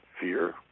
fear